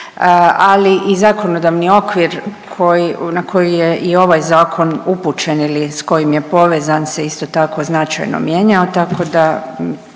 ali i zakonodavni okvir na koji je i ovaj zakon upućen ili s kojim je povezan se isto tako značajno mijenjao